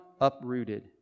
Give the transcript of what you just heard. uprooted